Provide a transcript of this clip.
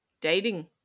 dating